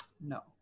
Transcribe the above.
No